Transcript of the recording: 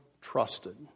trusted